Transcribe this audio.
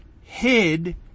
hid